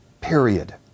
Period